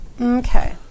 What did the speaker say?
Okay